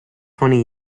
twenty